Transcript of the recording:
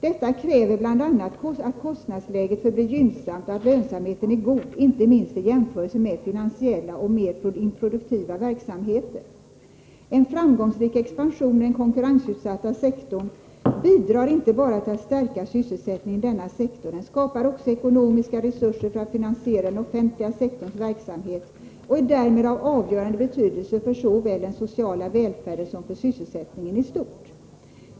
Detta kräver bl.a. att kostnadsläget förblir gynnsamt och att lönsamheten är god, inte minst i jämförelse med finansiella och mera improduktiva verksamheter. En framgångsrik expansion i den konkurrensutsatta sektorn bidrar inte bara till att stärka sysselsättningen i denna sektor. Den skapar också ekonomiska resurser för att finansiera den offentliga sektorns verksamhet och är därmed av avgörande betydelse såväl för den sociala välfärden som för sysselsättningen i stort.